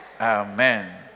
Amen